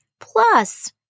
Plus